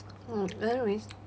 mm anyways